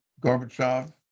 Gorbachev